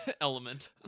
element